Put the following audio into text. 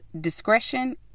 discretion